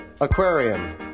aquarium